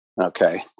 okay